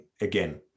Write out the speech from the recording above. again